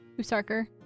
Usarker